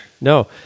No